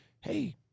hey